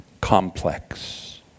complex